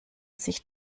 sich